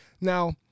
Now